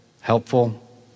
helpful